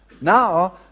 Now